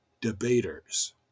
Debaters